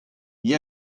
gli